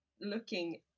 looking